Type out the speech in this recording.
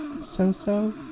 So-so